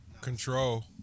Control